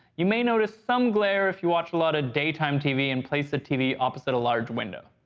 you may notice some glare if you watch a lot of daytime tv and place the tv opposite a large window.